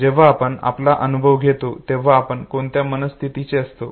जेव्हा आपण याचा अनुभव घेतो तेव्हा आपण कोणत्या मनःस्थितीचे असतो